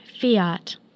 fiat